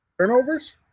turnovers